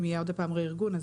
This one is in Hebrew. אם יהיה עוד פעם ארגון מחדש,